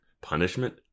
punishment